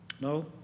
No